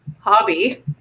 hobby